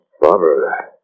Barbara